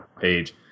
page